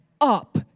up